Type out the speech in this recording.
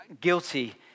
guilty